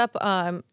up